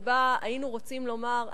שבה היינו רוצים לומר,